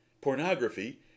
Pornography